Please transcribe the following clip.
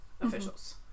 officials